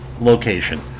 location